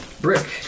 Brick